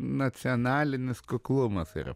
nacionalinis kuklumas yra